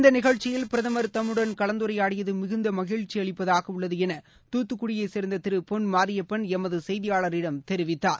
இந்த நிகழ்ச்சியில் பிரதமர் தம்முடன் கலந்தரையாடியது மிகுந்த மகிழ்ச்சி அளிப்பதாக உள்ளது என தூத்துக்குடியைச் சேர்ந்த திரு பொன் மாரியப்பன் எமது செய்தியாளரிடம் தெரிவித்தார்